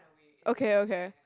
okay okay